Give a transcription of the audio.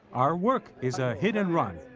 our work is a hit and run.